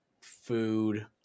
food